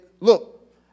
look